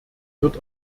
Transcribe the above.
wird